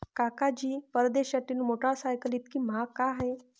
काका जी, परदेशातील मोटरसायकल इतकी महाग का आहे?